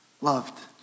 Loved